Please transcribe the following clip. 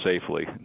safely